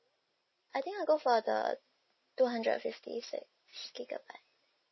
I think I'll go for the two hundred fifty six gigabyte